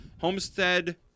Homestead